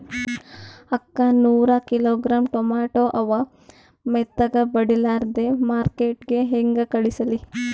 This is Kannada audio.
ಅಕ್ಕಾ ನೂರ ಕಿಲೋಗ್ರಾಂ ಟೊಮೇಟೊ ಅವ, ಮೆತ್ತಗಬಡಿಲಾರ್ದೆ ಮಾರ್ಕಿಟಗೆ ಹೆಂಗ ಕಳಸಲಿ?